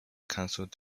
cancelled